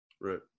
Right